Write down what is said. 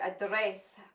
address